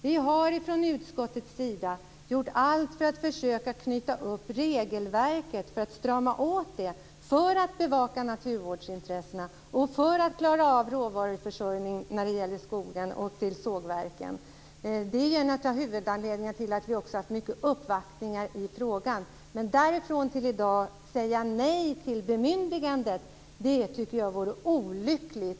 Vi har från utskottets sida gjort allt för att försöka knyta upp regelverket för att strama åt det för att bevaka naturvårdsintressena och för att klara av råvaruförsörjningen till sågverken. Det är en av huvudanledningarna till att vi också haft många uppvaktningar i frågan. Men därifrån till att i dag säga nej till bemyndigandet tycker jag vore olyckligt.